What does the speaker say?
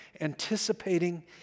anticipating